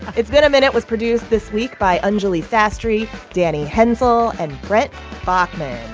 it's been a minute was produced this week by anjuli sastry, danny hensel and brent baughman.